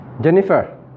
Jennifer